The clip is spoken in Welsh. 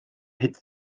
hyd